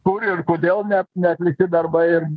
kur ir kodėl ne neatlikti darbai